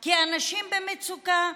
כי אנשים במצוקה,